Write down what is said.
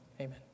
Amen